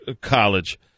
college